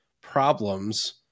problems